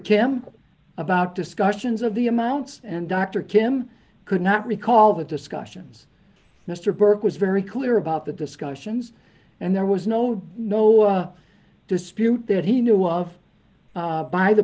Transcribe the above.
campbell about discussions of the amounts and dr kim could not recall the discussions mr burke was very clear about the discussions and there was no no dispute that he knew of by the